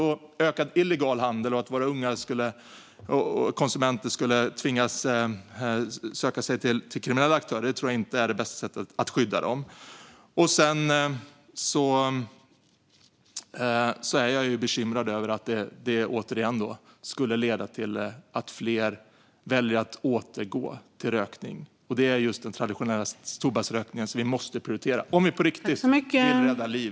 En ökad illegal handel och att våra unga konsumenter skulle tvingas söka sig till kriminella aktörer tror jag inte är det bästa sättet att skydda dem. Jag är också återigen bekymrad över att det skulle leda till att fler väljer att återgå till rökning. Och det är just den traditionella tobaksrökningen som vi måste prioritera om vi på riktigt vill rädda liv.